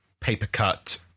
paper-cut